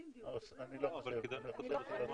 אני העברתי לחברי ההכנה של הוועדה מאמר שפורסם